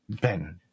Ben